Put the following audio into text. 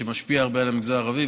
שמשפיע הרבה על המגזר הערבי,